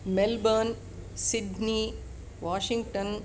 Melbourne Sydney Washington